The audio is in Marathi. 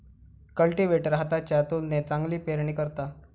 कल्टीवेटर हाताच्या तुलनेत चांगली पेरणी करता